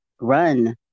run